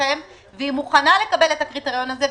אתכם והיא מוכנה לקבל את הקריטריון הזה,